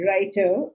writer